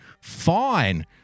fine